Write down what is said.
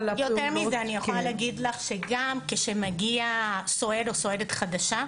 אני יכולה להגיד לך שגם כשנקלט סוהר חדש או סוהרת חדשה,